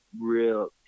real